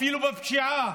אפילו בפשיעה